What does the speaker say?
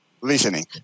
Listening